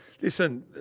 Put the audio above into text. Listen